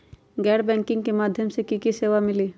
गैर बैंकिंग के माध्यम से की की सेवा मिली?